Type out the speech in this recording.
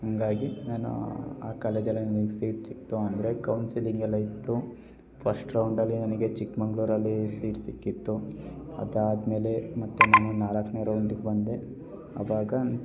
ಹಾಗಾಗಿ ನಾನು ಆ ಕಾಲೇಜಲ್ಲೇ ನನಗ್ ಸೀಟ್ ಸಿಗ್ತು ಹಂಗಾಗಿ ಕೌನ್ಸಿಲಿಂಗೆಲ್ಲ ಇತ್ತು ಫಸ್ಟ್ ರೌಂಡಲ್ಲಿ ನನಗೆ ಚಿಕ್ಕಮಂಗ್ಳೂರಲ್ಲಿ ಸೀಟ್ ಸಿಕ್ಕಿತ್ತು ಅದಾದ ಮೇಲೆ ಮತ್ತೆ ನಾನು ನಾಲ್ಕನೇ ರೌಂಡಿಗೆ ಬಂದೆ ಅವಾಗ